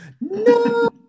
no